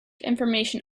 information